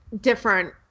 different